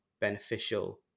beneficial